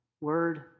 word